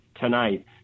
tonight